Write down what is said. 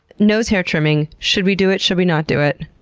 nose hair trimming. should we do it? should we not do it?